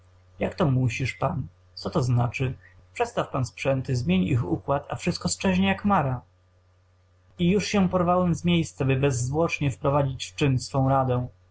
ojciec jakto musisz pan co to znaczy przestaw pan sprzęty zmień ich układ a wszystko szczeźnie jak mara i już się porwałem z miejsca by bezzwłocznie wprowadzić w czyn swą radę